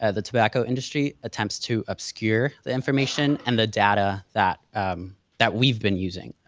ah the tobacco industry attempts to obscure the information and the data that that we've been using.